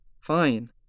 Fine